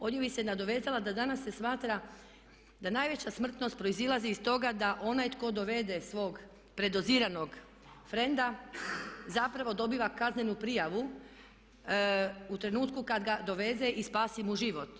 Ovdje bih se nadovezala da danas se smatra da najveća smrtnost proizlazi zbog toga da onaj tko dovede svog predoziranog frenda zapravo dobiva kaznenu prijavu u trenutku kada ga doveze i spasi mu život.